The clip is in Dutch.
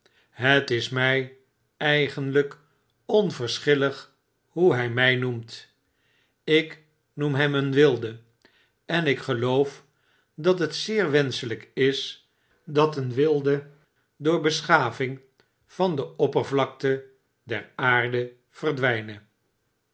het is mijeigenlijkonverschillighoe hij mij noemt ik noem hem een wilde en ik geloof dat het zeer wenschelijk is dat een wilde door beschaving van de oppervlakte deraarde verdwijne